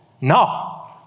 No